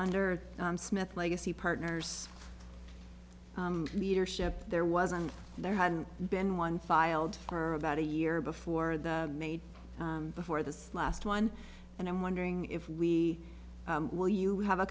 under smith legacy partners leadership there wasn't there hadn't been one filed for about a year before the made before this last one and i'm wondering if we will you have a